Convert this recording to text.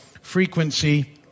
frequency